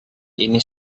ini